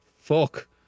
fuck